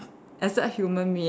except human meat